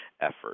effort